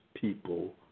people